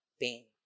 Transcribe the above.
pain